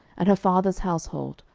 and her father's household,